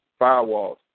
firewalls